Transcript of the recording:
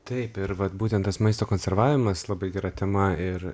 taip ir vat būtent tas maisto konservavimas labai gera tema ir